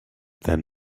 than